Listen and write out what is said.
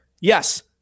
Yes